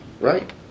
Right